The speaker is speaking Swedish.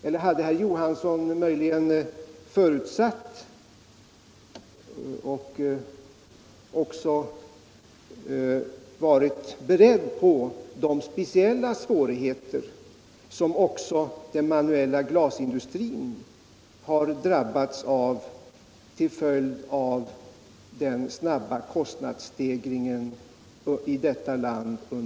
Eller hade herr Jo Allmänpolitisk debatt Allmänpolitisk debatt hansson kanske förutsatt och varit beredd på de speciella svårigheter som också den manuella glasindustrin har drabbats av till följd av den snabba kostnadsstegringen i detta land i år?